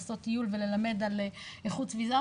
לעשות טיול וללמד על איכות סביבה,